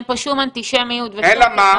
אין פה שום אנטישמיות ושם --- אלא מה?